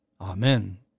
Amen